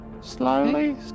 slowly